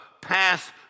pass